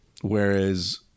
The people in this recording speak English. whereas